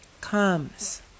comes